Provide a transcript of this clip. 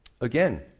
again